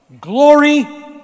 Glory